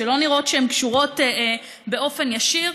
שלא נראה שהן קשורות באופן ישיר?